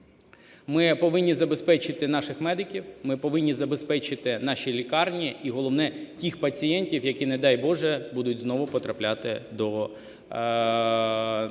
Ми повинні забезпечити наших медиків, ми повинні забезпечити наші лікарні, і головне – тих пацієнтів, які, не дай Боже, будуть знову потрапляти до